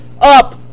up